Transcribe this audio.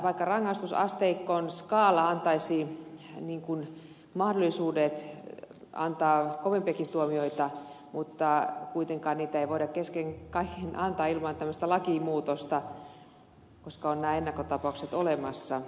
vaikka rangaistusasteikon skaala antaisi mahdollisuudet antaa kovempiakin tuomioita kuitenkaan niitä ei voida kesken kaiken antaa ilman tämmöistä lakimuutosta koska on nämä ennakkotapaukset olemassa